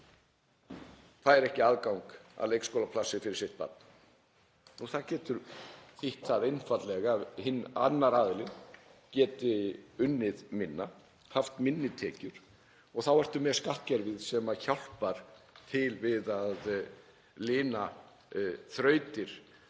fær ekki aðgang að leikskólaplássi fyrir barnið sitt? Það getur þýtt það einfaldlega að annar aðilinn geti unnið minna, haft minni tekjur og þá ertu með skattkerfið sem hjálpar til við að lina þrautir